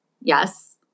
Yes